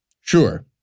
sure